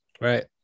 right